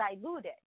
diluted